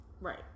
Right